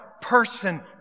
person